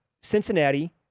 Cincinnati